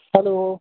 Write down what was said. hello